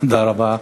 תודה רבה,